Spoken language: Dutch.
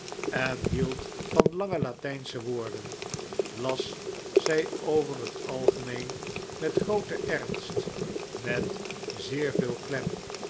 en hield van lange latijnsche woorden las zij over het algemeen met grooten ernst met zeer veel klem